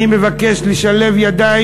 אני מבקש לשלב ידיים.